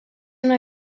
una